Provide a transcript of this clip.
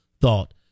thought